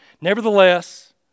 Nevertheless